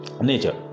Nature